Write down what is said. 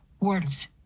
Words